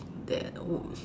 that wo~